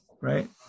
right